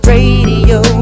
Radio